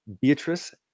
Beatrice